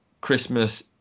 christmas